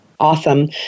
awesome